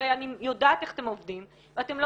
הרי אני יודעת איך אתם עובדים ואתם לא